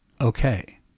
okay